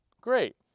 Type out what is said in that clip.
great